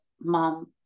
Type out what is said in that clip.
mom